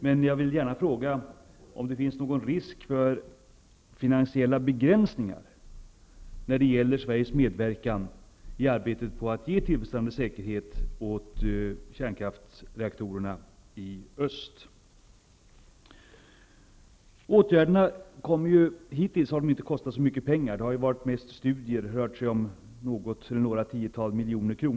Men jag vill gärna fråga om det finns risk för finansiella begränsningar när det gäller Sveriges medverkan i arbetet för att ge tillfredsställande säkerhet åt kärnkraftsreaktorerna i öst. Åtgärderna har hittills inte kostat så mycket pengar. Det har mest varit fråga om studier och rört sig om några tiotal miljoner.